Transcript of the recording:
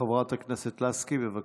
חברת הכנסת לסקי, בבקשה.